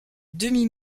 demi